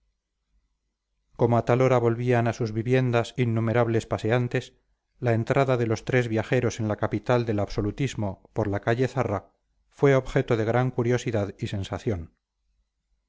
como a tal hora volvían a sus viviendas innumerables paseantes la entrada de los tres viajeros en la capital del absolutismo por la calle zarra fue objeto de gran curiosidad y sensación